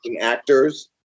actors